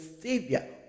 savior